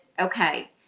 okay